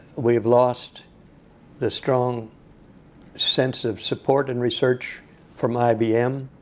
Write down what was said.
we've lost the strong sense of support in research from ibm,